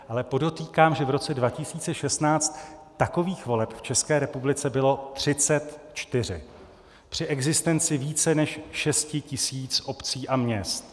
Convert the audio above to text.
Ale podotýkám, že v roce 2016 takových voleb v České republice bylo 34 při existenci více než šesti tisíc obcí a měst.